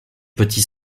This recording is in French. petit